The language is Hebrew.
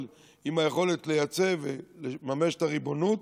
אבל עם היכולת לייצא ולממש את הריבונות.